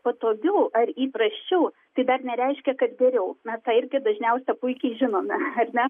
patogiau ar įprasčiau tai dar nereiškia kad geriau mes tą irgi dažniausiai puikiai žinome ar ne